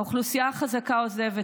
האוכלוסייה החזקה עוזבת,